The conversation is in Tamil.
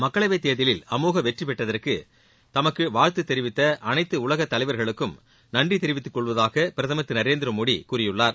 மக்களவைத் தேர்தலில் அமோக வெற்றி பெற்றதற்கு தமக்கு வாழ்த்து தெரிவித்த அனைத்து உலக தலைவர்களுக்கும் நன்றி தெரிவித்துக் கொள்வதாக பிரதமர் திரு நரேந்திர மோடி கூறியுள்ளார்